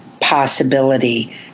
possibility